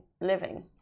living